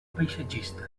paisatgista